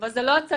אבל זו לא הצגה.